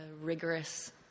rigorous